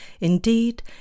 Indeed